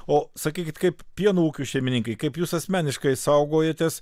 o sakykit kaip pieno ūkių šeimininkai kaip jūs asmeniškai saugojatės